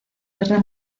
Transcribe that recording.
guerra